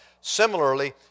Similarly